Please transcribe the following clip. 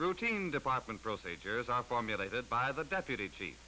routine department procedures are formulated by the deputy chief